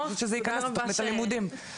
שזה ייכנס לתכנית הלימודים.